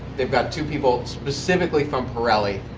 they've got two people specifically from pirelli.